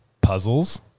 puzzles